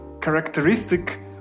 Characteristic